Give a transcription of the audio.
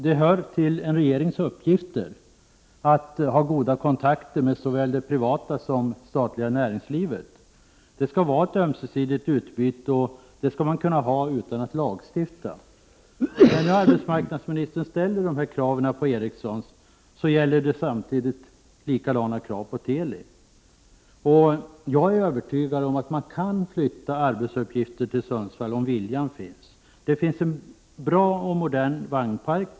Det hör till en regerings uppgifter att ha goda kontakter med såväl det privata som det statliga näringslivet. Det skall vara ett ömsesidigt utbyte, och det skall man kunna ha utan att lagstifta. När nu arbetsmarknadsministern ställer de här kraven på Ericsson, bör självfallet samma krav ställas på Teli. Jag är övertygad om att man kan flytta arbetsuppgifter till Sundsvall, om viljan finns. Det finns en bra och modern vagnpark.